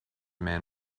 men